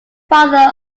father